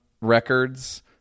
records